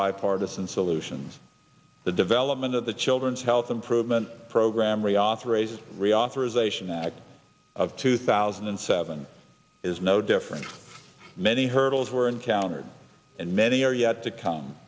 bipartisan solutions the development of the children's health improvement program reauthorized reauthorization act of two thousand and seven is no different many hurdles were encountered and many are yet to come